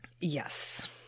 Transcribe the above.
yes